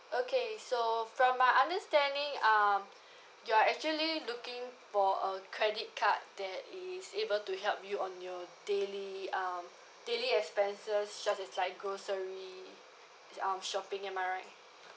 okay so from my understanding um you're actually looking for a credit card that is able to help you on your daily um daily expenses such as like grocery um shopping am I right